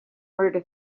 order